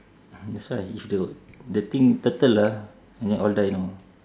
that's why if the the thing turtle ah and then all die know